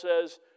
says